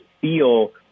feel –